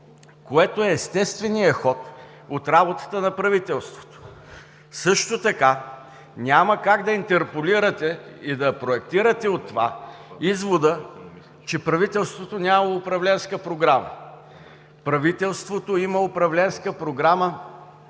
което е естественият ход от работата на правителството. Също така няма как да интерполирате и да проектирате от това извода, че правителството нямало управленска програма. Правителството има управленска програма